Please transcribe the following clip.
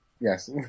Yes